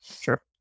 Sure